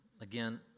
again